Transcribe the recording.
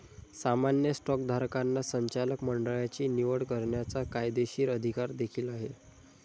सामान्य स्टॉकधारकांना संचालक मंडळाची निवड करण्याचा कायदेशीर अधिकार देखील आहे